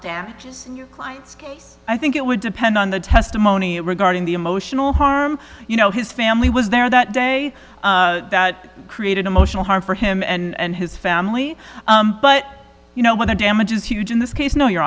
damages in your client's case i think it would depend on the testimony regarding the emotional harm you know his family was there that day that created emotional harm for him and his family but you know when the damage is huge in this case no you